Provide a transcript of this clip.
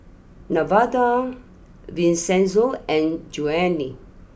Nevada Vincenzo and Joanie